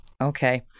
Okay